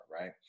right